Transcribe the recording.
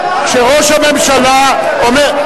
כשראש הממשלה אומר,